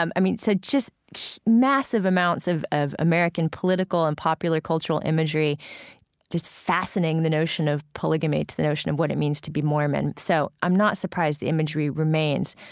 i mean, so just massive amounts of of american political and popular cultural imagery just fastening the notion of polygamy to the notion of what it means to be mormon. so i'm not surprised the imagery remains.